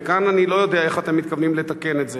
וכאן אני לא יודע איך אתם מתכוונים לתקן את זה.